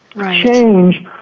Change